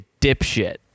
dipshit